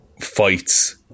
fights